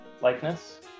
likeness